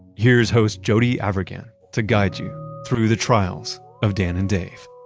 here's host jody avirgan to guide you through the trials of dan and dave